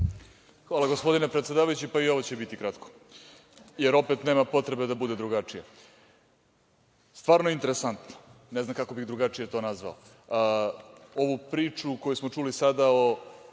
Hvala gospodine predsedavajući, i ovo će biti kratko, jer opet nema potrebe da bude drugačije. Stvarno je interesantno, ne znam kako bih drugačije to nazvao, ovu priču koju smo čuli sada o